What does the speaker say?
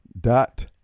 Dot